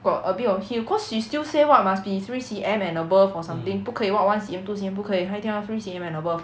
got a bit of heel cause she still say what must be three C_M and above or something 不可以 what one C_M two C_M 不可以她一定要 three C_M and above